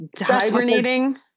hibernating